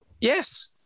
Yes